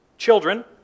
Children